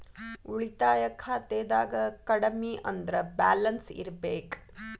ಉಳಿತಾಯ ಖಾತೆದಾಗ ಕಡಮಿ ಅಂದ್ರ ಬ್ಯಾಲೆನ್ಸ್ ಇರ್ಬೆಕ್